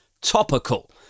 topical